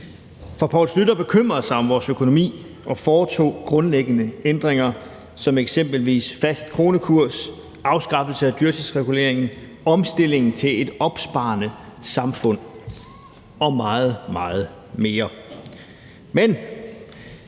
For Poul Schlüter bekymrede sig om vores økonomi og foretog grundlæggende ændringer som eksempelvis fast kronekurs, afskaffelse af dyrtidsreguleringen, omstilling til et opsparende samfund og meget, meget mere. Men